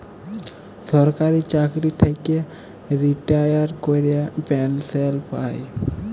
সরকারি চাকরি থ্যাইকে রিটায়ার ক্যইরে পেলসল পায়